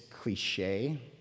cliche